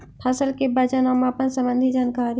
फसल के वजन और मापन संबंधी जनकारी?